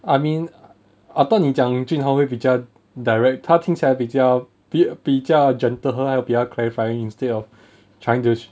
I mean I thought 你讲 jun hao 会比较 direct 他听起来比较比较 gentle 比较 clarifying instead of trying to